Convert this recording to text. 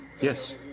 yes